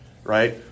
right